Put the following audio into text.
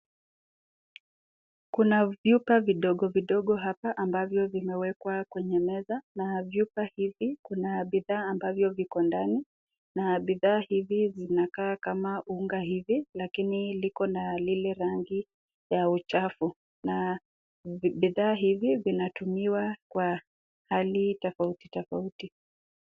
Kuna vyumba vidogo vidogo hapa ambavyo vimewekwa kwenye meza. Na vyumba hivi, kuna bidhaa ambavyo viko ndani. Na bidhaa hizi zinakaa kama unga hivi. Lakini liko na lile rangi ya uchafu. Na vifaa hivi vinatumiwa kwa hali tofauti tofauti.